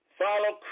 follow